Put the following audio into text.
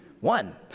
One